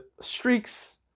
streaks